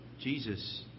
Jesus